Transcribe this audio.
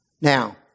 Now